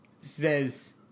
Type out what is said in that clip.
says